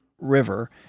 river